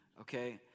Okay